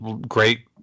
great